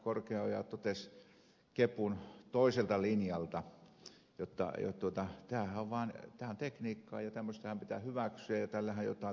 korkeaoja totesi kepun toiselta linjalta jotta tämähän on vaan tekniikkaa ja tämmöinen pitää hyväksyä ja tällähän jotain lisäarvoa saadaan